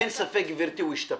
אין ספק, גברתי, הוא השתפר.